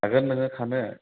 हागोन नोङो खानो